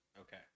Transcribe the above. Okay